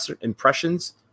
impressions